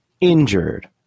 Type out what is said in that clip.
injured